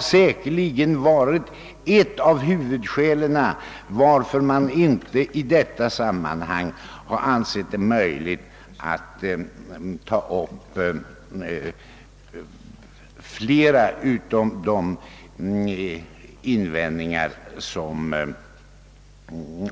Säkerligen har det varit ett av huvudskälen till att man inte ansett det möjligt att ta upp flera av de invändningar